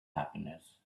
happiness